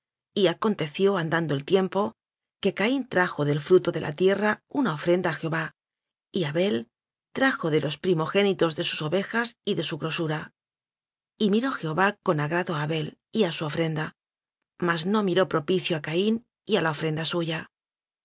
acon teció andando el tiempo que caín trajo del fruto de la tierra una ofrenda a jehová y abel trajo de los primogénitos de sus ovejas y de su grosura y miró jehová con agrado a abel y a su ofrenda mas no miró propicio a caín y a la ofrenda suya